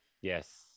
Yes